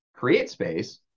CreateSpace